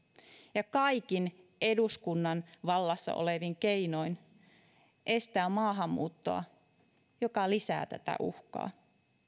ja kaikin eduskunnan vallassa olevin keinoin estää maahanmuuttoa joka lisää tätä uhkaa